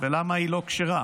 ולמה היא לא כשרה?